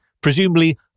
presumably